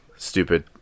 Stupid